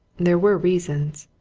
there were reasons.